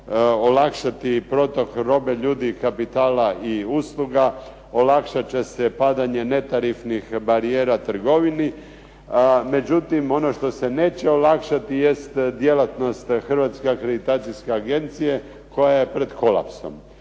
olakšati protok robe, ljudi i kapitala i usluga, olakšat će se padanje netarifnih barijera trgovini. Međutim ono što se neće olakšati jest djelatnost Hrvatske akreditacijske agencije koja je pred kolapsom.